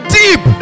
deep